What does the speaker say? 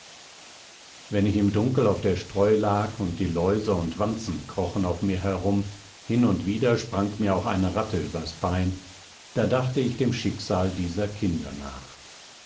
wenn ich im dunkel auf der streu lag und die läuse und wanzen krochen auf mir herum hin und wieder sprang mir auch eine ratte übers bein da dachte ich dem schicksal dieser kinder nach